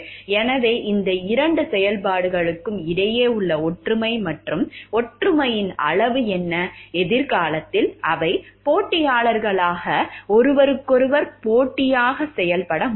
எனவே இந்த இரண்டு செயல்பாடுகளுக்கும் இடையே உள்ள ஒற்றுமை மற்றும் ஒற்றுமையின் அளவு என்ன எதிர்காலத்தில் அவை போட்டியாளர்களாக ஒருவருக்கொருவர் போட்டியாக செயல்பட முடியும்